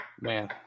Man